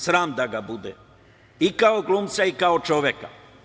Sram da ga bude i kao glumca i kao čoveka.